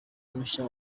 mushya